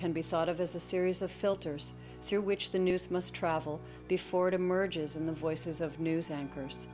can be thought of as a series of filters through which the news must travel before it emerges in the voices of news anchors